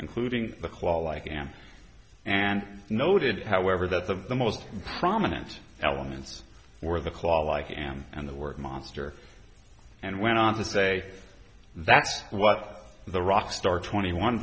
including the claw like amp and noted however that the most prominent elements were the claw like am and the word monster and went on to say that's what the rock star twenty one